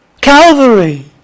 Calvary